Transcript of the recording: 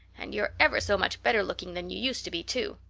and you're ever so much better looking than you used to be, too.